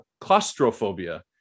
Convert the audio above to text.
claustrophobia